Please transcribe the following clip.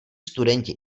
studenti